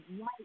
right